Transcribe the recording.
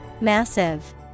MASSIVE